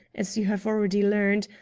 as you have already learned,